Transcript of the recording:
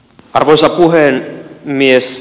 arvoisa puhemies